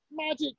magic